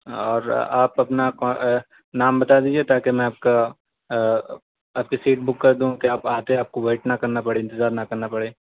اور آپ اپنا نام بتا دیجیے تاکہ میں آپ کا آپ کی سیٹ بک کر دوں کہ آپ آ کے آپ کو ویٹ نہ کرنا پڑے انتظار نہ کرنا پڑے